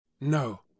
No